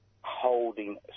holding